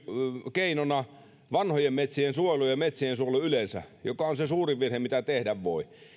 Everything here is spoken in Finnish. keinona vanhojen metsien suojelu ja metsien suojelu yleensä mikä on se suurin virhe mitä tehdä voi